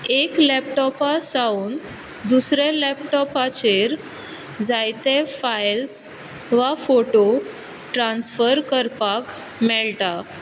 एक लेपटोपा सावन दुसरे लेपटोपाचेर जायते फायल्स वा फोटो ट्रांसफर करपाक मेळटा